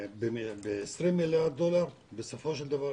ב-20 מיליארד דולר, בסופו של דבר,